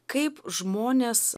kaip žmonės